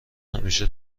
همیشه